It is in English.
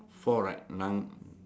four right nan~